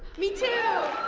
me too.